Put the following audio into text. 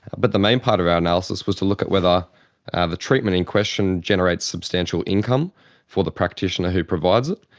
but the main part of our analysis was to look at whether ah the treatment in question generates substantial income for the practitioner who provides it,